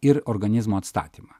ir organizmo atstatymą